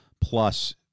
plus